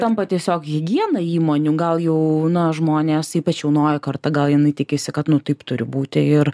tampa tiesiog higiena įmonių gal jau būna žmonės ypač jaunoji karta gal jinai tikisi kad nu taip turi būti ir